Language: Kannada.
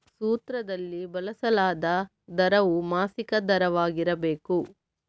ಸೂತ್ರದಲ್ಲಿ ಬಳಸಲಾದ ದರವು ಮಾಸಿಕ ದರವಾಗಿರಬೇಕು